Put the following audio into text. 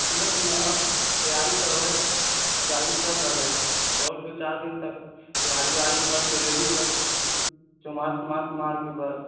खेत ने तैयारी करबै तैयारी चल रहलैयऽ और दू चारि दिन तक तैयारी वैयारी करि कऽ रेडी करके चुमास ऊमास मार के बस